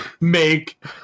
make